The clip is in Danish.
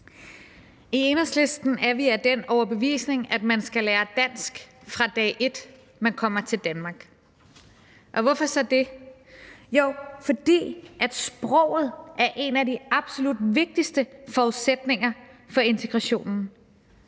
I Enhedslisten er vi af den overbevisning, at man skal lære dansk fra dag et, man kommer til Danmark. Hvorfor så det? Jo, fordi sproget er en af de absolut vigtigste forudsætninger for integrationen,